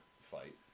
fight